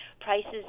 prices